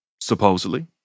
supposedly